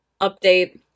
update